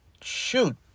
shoot